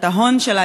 את ההון שלה,